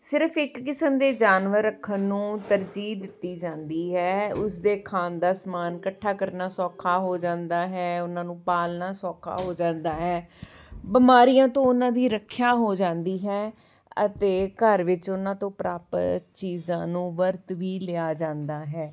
ਸਿਰਫ਼ ਇੱਕ ਕਿਸਮ ਦੇ ਜਾਨਵਰ ਰੱਖਣ ਨੂੰ ਤਰਜੀਹ ਦਿੱਤੀ ਜਾਂਦੀ ਹੈ ਉਸਦੇ ਖਾਣ ਦਾ ਸਮਾਨ ਇਕੱਠਾ ਕਰਨਾ ਸੌਖਾ ਹੋ ਜਾਂਦਾ ਹੈ ਉਹਨਾਂ ਨੂੰ ਪਾਲਣਾ ਸੌਖਾ ਹੋ ਜਾਂਦਾ ਹੈ ਬਿਮਾਰੀਆਂ ਤੋਂ ਉਹਨਾਂ ਦੀ ਰੱਖਿਆ ਹੋ ਜਾਂਦੀ ਹੈ ਅਤੇ ਘਰ ਵਿੱਚ ਉਹਨਾਂ ਤੋਂ ਪ੍ਰਾਪਤ ਚੀਜ਼ਾਂ ਨੂੰ ਵਰਤ ਵੀ ਲਿਆ ਜਾਂਦਾ ਹੈ